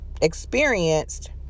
experienced